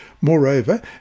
Moreover